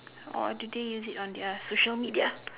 or do they use it on their social media